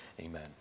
Amen